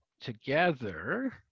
together